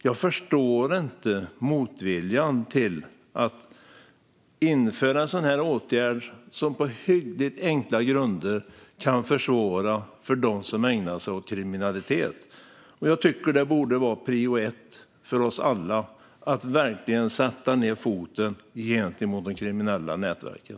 Jag förstår inte motviljan mot att införa en åtgärd som på hyggligt enkla grunder kan försvåra för dem som ägnar sig åt kriminalitet. Det borde vara prio 1 för oss alla att verkligen sätta ned foten gentemot de kriminella nätverken.